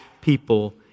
people